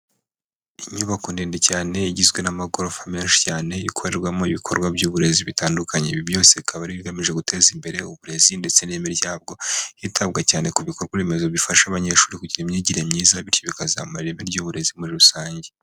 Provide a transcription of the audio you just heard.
Inyubako ndende cyane igizwe n'amagorofa menshi cyane, ikorerwamo ibikorwa by'uburezi bitandukanye, ibi byose bikaba ari ibigamije guteza imbere uburezi ndetse n'ireme ryabwo, hitabwa cyane ku bikorwaremezo bifasha abanyeshuri kugira imyigire myiza, bityo bikazamura ireme ry'uburezi muri rusange.